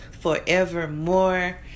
forevermore